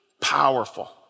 powerful